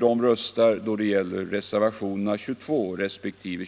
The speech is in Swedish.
kommer att rösta, då det gäller reservationerna 22 och 25.